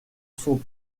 sont